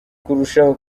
kurushaho